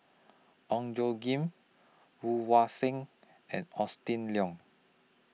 Ong Tjoe Kim Woon Wah Siang and Austen Lian